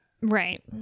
Right